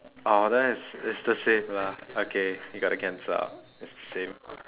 oh then it's it's the same lah okay we got to cancel out it's the same